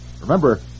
Remember